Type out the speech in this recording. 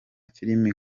filme